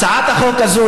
הצעת החוק הזאת,